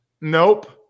Nope